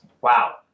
Wow